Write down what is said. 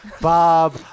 Bob